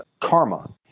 karma